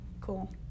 cool